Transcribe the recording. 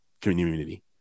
community